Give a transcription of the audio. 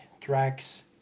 tracks